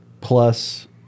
plus